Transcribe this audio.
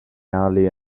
hardly